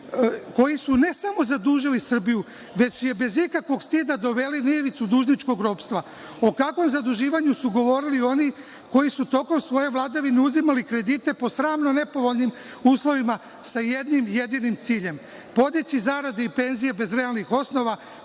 koji su, ne samo zadužili Srbiju, već su je bez ikakvog stida doveli do ivice dužničkog ropstava? O kakvom zaduživanju su govorili oni koji su tokom svoje vladavine uzimali kredite po sramno nepovoljnim uslovima sa jednim jedinim ciljem, podići zarade i penzije bez realnih osnova,